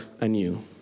anew